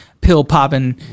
pill-popping